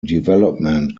development